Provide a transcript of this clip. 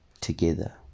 together